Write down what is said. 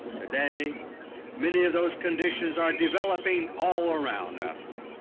today many of those conditions are developing all around us.